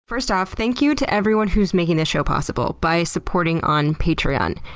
first off, thank you to everyone who's making this show possible by supporting on patreon.